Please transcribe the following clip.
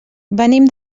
venim